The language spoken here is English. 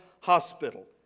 Hospital